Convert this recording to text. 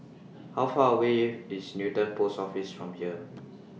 How Far away IS Newton Post Office from here